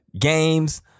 games